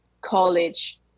college